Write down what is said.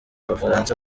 abafaransa